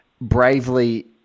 bravely